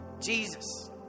Jesus